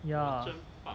ya